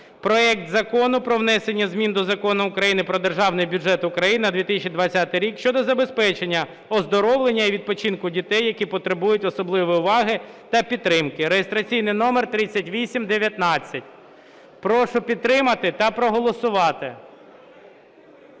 проект Закону про внесення змін до Закону України "Про Державний бюджет України на 2020 рік" щодо забезпечення оздоровлення і відпочинку дітей, які потребують особливої уваги та підтримки (реєстраційний номер 3819). Прошу підтримати та проголосувати.